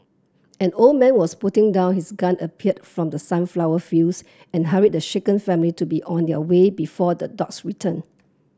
an old man was putting down his gun appeared from the sunflower fields and hurried the shaken family to be on their way before the dogs return